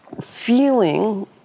feeling